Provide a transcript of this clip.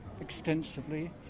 extensively